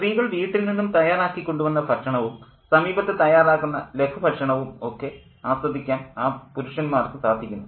സ്ത്രീകൾ വീട്ടിൽ നിന്നും തയ്യാറാക്കി കൊണ്ടു വന്ന ഭക്ഷണവും സമീപത്ത് തയ്യാറാക്കുന്ന ലഘുഭക്ഷണവും ഒക്കെ ആസ്വദിക്കാൻ ആ പുരുഷന്മാർക്കു സാധിക്കുന്നു